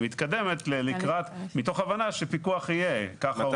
מתקדמת מתוך הבנה שפיקוח יהיה ככה או ככה.